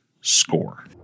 score